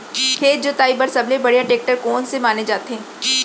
खेत जोताई बर सबले बढ़िया टेकटर कोन से माने जाथे?